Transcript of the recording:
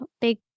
big